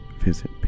visit